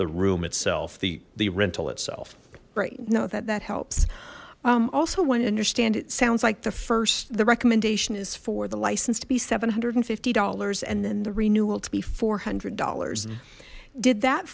the room itself the the rental itself great know that that helps also won't understand it sounds like the first the recommendation is for the license to be seven hundred and fifty dollars and then the renewal to be four hundred dollars did that